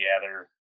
together